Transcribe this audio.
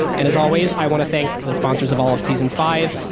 and as always, i want to thank the sponsors of all of season five,